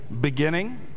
beginning